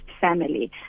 family